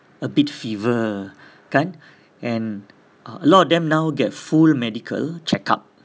a bit fever kan and a lot of them now get full medical check up